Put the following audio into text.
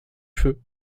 feu